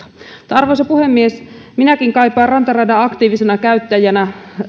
arvoisa puhemies minäkin kaipaan rantaradan aktiivisena käyttäjänä